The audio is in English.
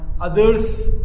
others